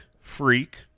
freak